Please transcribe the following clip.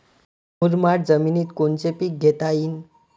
मुरमाड जमिनीत कोनचे पीकं घेता येईन?